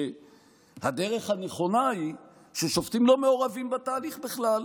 שהדרך הנכונה היא ששופטים לא מעורבים בתהליך בכלל,